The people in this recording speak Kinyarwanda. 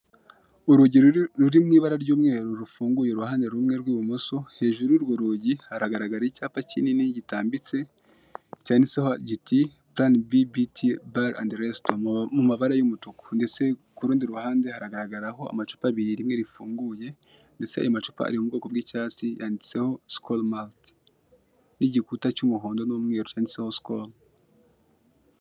Urugi ruri mu ibara ry'umweru rufunguye uruhande rumwe rw'ibumoso hejuru y'urwo rugi hagaragara icyapa kinini gitambitse cyanditseho kiti "plan b bt bar and resto" mu mabara y'umutuku ndetse ku rundi ruhande hagaragaraho amacupa abiri rimwe rifunguye ndetse ayo macupa ari mu bwoko bw'icyatsi yanditseho skol malt n'igikuta cy'umuhondo n'umweru cyanditseho skol.